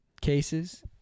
cases